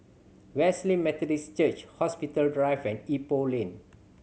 Wesley Methodist Church Hospital Drive and Ipoh Lane